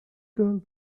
girl